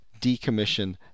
decommission